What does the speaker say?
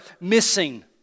missing